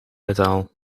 metaal